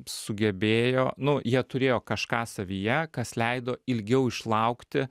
sugebėjo nu jie turėjo kažką savyje kas leido ilgiau išlaukti